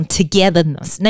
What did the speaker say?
togetherness